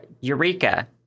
Eureka